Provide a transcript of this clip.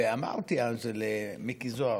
אמרתי אז למיקי זוהר,